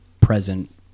present